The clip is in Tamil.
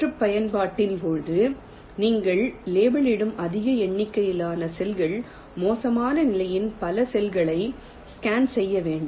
மறுபயன்பாட்டின் போது நீங்கள் லேபிளிடும் அதிக எண்ணிக்கையிலான செல்கள் மோசமான நிலையில் பல செல்களை ஸ்கேன் செய்ய வேண்டும்